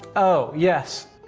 oh. yes.